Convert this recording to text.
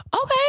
okay